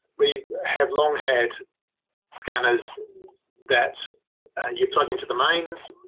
we have long had scanners that you plug into the mains.